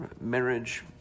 marriage